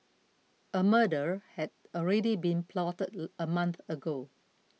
a murder had already been plotted a month ago